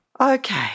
Okay